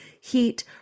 heat